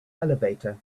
elevator